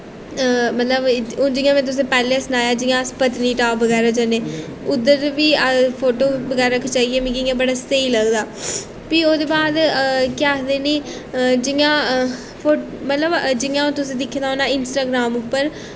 हून जियां में तुसें गी पैह्लैं सनाया जियां अस पत्नीटॉप बगैरा जन्ने उद्धर बी फोटो बगैरा खचाइयै मिगी इ'यां बड़ा स्हेई लगदा फ्ही ओह्दे बाद केह् आखदे नी जियां फो जियां हू तुसें दिक्खे दे होना इंस्टाग्राम उप्पर